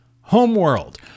Homeworld